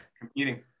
competing